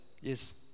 yes